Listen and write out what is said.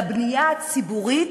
לבנייה הציבורית,